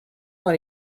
dans